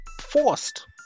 forced